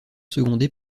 secondé